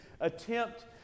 attempt